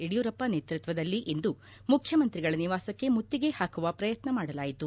ಯಡಿಯೂರಪ್ಪ ನೇತೃತ್ವದಲ್ಲಿ ಇಂದು ಮುಖ್ಯಮಂತ್ರಿಗಳ ನಿವಾಸಕ್ಕೆ ಮುತ್ತಿಗೆ ಹಾಕುವ ಪ್ರಯತ್ನ ಮಾಡಲಾಯಿತು